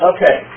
Okay